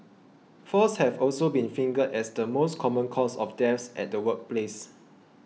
falls have also been fingered as the most common cause of deaths at the workplace